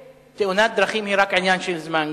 ותאונת דרכים היא רק עניין של זמן,